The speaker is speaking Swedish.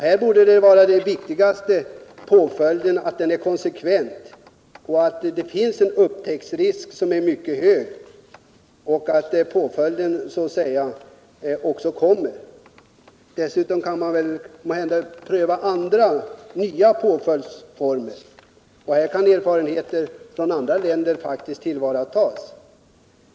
Det viktigaste borde vara att påföljden är konsekvent och att upptäcktsrisken är mycket hög, så att det verkligen blir en påföljd. Dessutom kan man måhända pröva andra nya påföljdsformer. Här kan erfarenheter från andra länder tillvaratas.